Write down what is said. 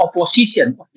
opposition